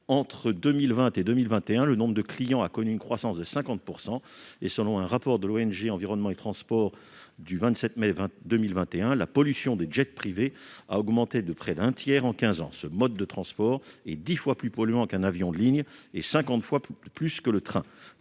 Entre 2020 et 2021, le nombre de clients de ce secteur a connu une croissance de 50 %, et, selon un rapport de l'ONG Transport et environnement du 27 mai 2021, la pollution des jets privés a augmenté de près d'un tiers en quinze ans. Ce mode de transport est dix fois plus polluant qu'un avion de ligne et cinquante fois plus que le train.